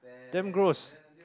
damn gross